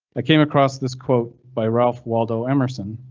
i came across this quote by ralph waldo emerson.